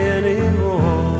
anymore